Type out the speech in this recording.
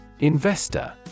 Investor